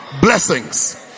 Blessings